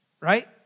right